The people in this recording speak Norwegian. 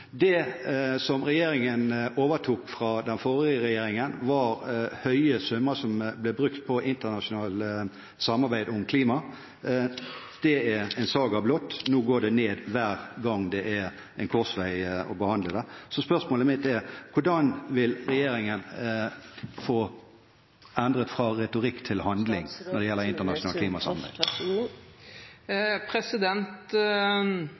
Det som regjeringen overtok fra den forrige regjeringen, var høye summer brukt på internasjonalt samarbeid om klima. Det er en saga blott – nå går det ned hver gang det er en korsvei. Så spørsmålet mitt er: Hvordan vil regjeringen endre fra retorikk til handling når det gjelder